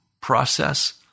process